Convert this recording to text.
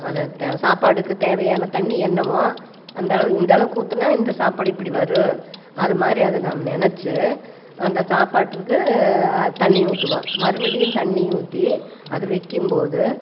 அதை சாப்பாடுக்கு தேவையான தண்ணி என்னமோ அந்தளவு இந்தளவுக்கு ஊத்துனால் இந்த சாப்பாடு இப்படி வரும் அது மாதிரி அது நம் நினச்சி அந்த சாப்பாடுக்கு தண்ணி ஊற்றுவோம் மறுபடியும் தண்ணி ஊற்றி அது வைக்கும்போது